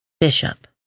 Bishop